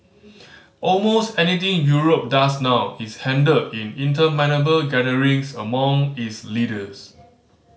almost anything Europe does now is handled in interminable gatherings among its leaders